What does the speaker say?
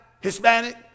Hispanic